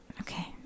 okay